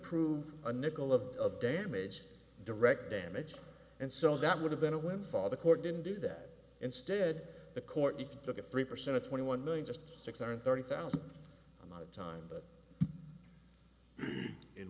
prove a nickel of the damage direct damage and so that would have been a windfall the court didn't do that instead the court if took a three percent to twenty one million just six hundred thirty thousand amount of time but in